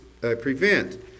prevent